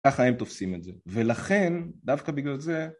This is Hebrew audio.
ככה הם תופסים את זה, ולכן, דווקא בגלל זה...